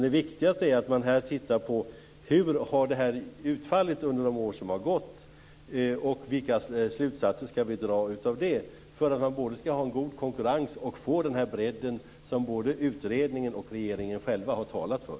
Det viktigaste är att man tittar på hur det här har utfallit under de år som har gått och vilka slutsatser vi skall dra av det för att man skall få en god konkurrens och den bredd som både utredningen och regeringen själva har talat för.